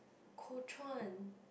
Kuo Chuan